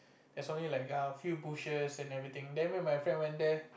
there's only like a few bushes and everything then when me and my friend went there